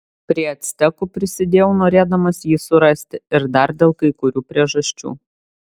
prie actekų prisidėjau norėdamas jį surasti ir dar dėl kai kurių priežasčių